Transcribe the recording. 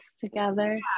together